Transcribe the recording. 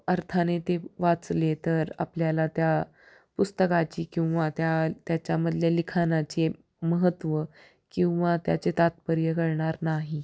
अर्थाने ते वाचले तर आपल्याला त्या पुस्तकाची किंवा त्या त्याच्यामधल्या लिखाणाचे महत्त्व किंवा त्याचे तात्पर्य कळणार नाही